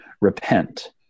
Repent